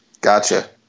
Gotcha